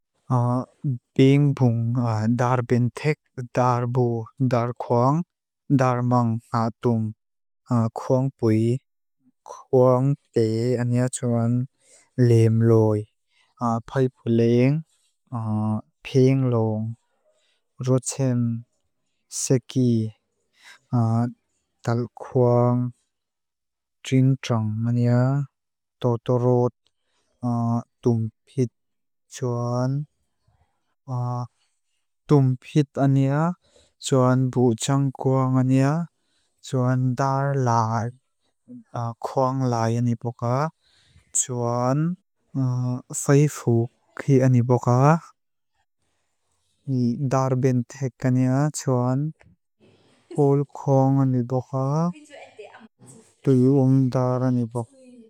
Bíng búng dár bíntek dár bú dár kwang dár mang átúng. Kwang bwí, kwang té ányá cháwan léem lói. Páipuleng, píng lóng, rúachem, sékí, dál kwang trín trang man áyá, tó tó rót, túm pít, cháwan túm pít ányá, cháwan bú cháng kwang ányá, cháwan dár lái, kwang lái ányipoká. Cháwan sáifu kí ányipoká, dár bíntek ányá, cháwan pól kwang ányipoká, tú yóong dár ányipoká.